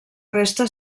resta